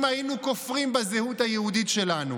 אם היינו כופרים בזהות היהודית שלנו